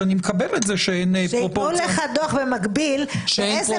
שאני מקבל את זה שאין פרופורציה --- במקביל שיתנו לך דוח באיזו